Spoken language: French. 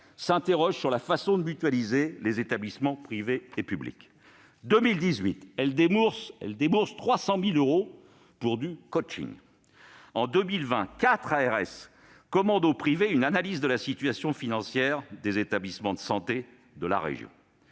s'interroge sur la façon de mutualiser les établissements privés et publics. En 2018, elle débourse 300 000 euros pour du coaching. En 2020, quatre ARS commandent au privé une analyse de la situation financière des établissements de santé de leur région.